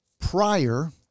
prior